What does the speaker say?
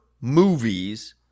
movies